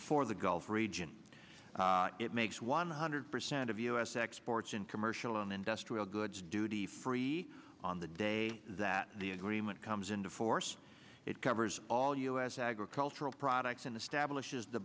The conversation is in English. for the gulf region it makes one hundred percent of u s exports in commercial and industrial goods duty free on the day that the agreement comes into force it covers all u s agricultural products in the